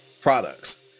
products